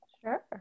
Sure